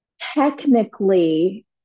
Technically